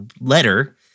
letter